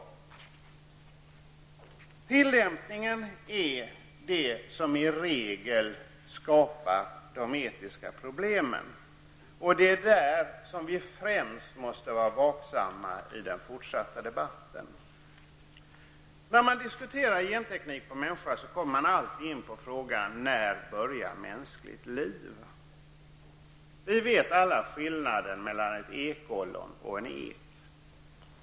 Det är tillämpningen som i regel ger upphov till de etiska problemen. Det är främst i det avseendet som vi måste vara vaksamma i den fortsatta debatten. När man diskuterar genteknik på människor kommer man alltid in på frågan: När börjar mänskligt liv? Vi vet alla skillnaden mellan ett ekollon och en ek.